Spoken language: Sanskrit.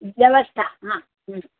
व्यवस्था हा